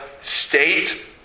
state